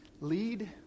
Lead